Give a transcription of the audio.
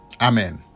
amen